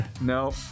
No